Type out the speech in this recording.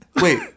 Wait